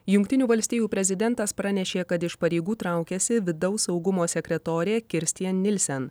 jungtinių valstijų prezidentas pranešė kad iš pareigų traukiasi vidaus saugumo sekretorė kirstjen nilsen